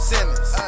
Simmons